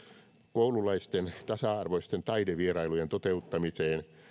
koululaisten tasa arvoisten taidevierailujen toteuttamiseen